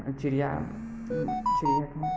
चिड़िया